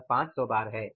वह 500 बार है